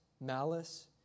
malice